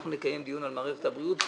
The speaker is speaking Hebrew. אנחנו נקיים דיון על מערכת הבריאות.